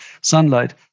sunlight